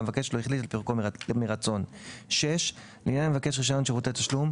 והמבקש לא החליט על פירוקו מרצון; לעניין מבקש רישיון שירותי תשלום,